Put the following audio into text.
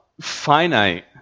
finite